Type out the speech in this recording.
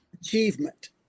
Achievement